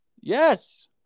Yes